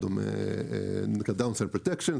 זה מאוד דומה ל- Downside Protection.